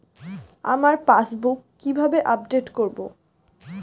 আমার পাসবুক কিভাবে আপডেট করবো?